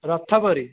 ରଥ ପରି